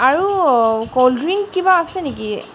আৰু cold drink কিবা আছে নেকি